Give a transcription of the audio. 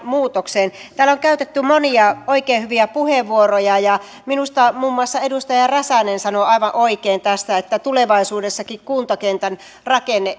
muutokseen täällä on käytetty monia oikein hyviä puheenvuoroja ja minusta muun muassa edustaja räsänen sanoi aivan oikein tästä että tulevaisuudessakin kuntakentän rakenne